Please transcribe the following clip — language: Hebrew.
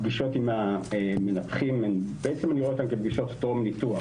את הפגישות עם המנתחים אני רואה בעצם כפגישות טרום ניתוח.